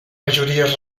majories